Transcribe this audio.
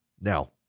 Now